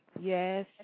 Yes